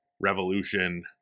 Revolution